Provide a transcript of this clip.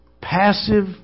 passive